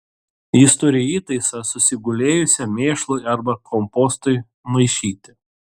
jis turi įtaisą susigulėjusiam mėšlui arba kompostui maišyti